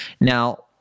now